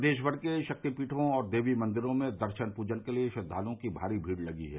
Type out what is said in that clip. प्रदेश भर के शक्तिपीठों और देवी मंदिरों में दर्शन पूजन के लिए श्रद्वालुओं की भारी भीड़ लगी है